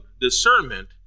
discernment